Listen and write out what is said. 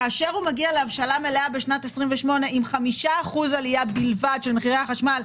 כאשר הוא מגיע להבשלה מלאה בשנת 2028 עם 5% עלייה בלבד של מחירי החשמל,